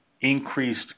increased